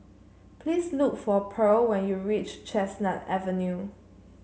please look for Pearl when you reach Chestnut Avenue